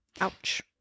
ouch